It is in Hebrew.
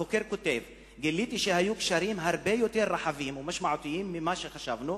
החוקר כותב: גיליתי שהיו קשרים הרבה יותר רחבים ומשמעותיים ממה שחשבנו.